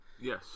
Yes